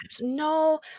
No